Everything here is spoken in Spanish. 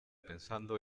pensando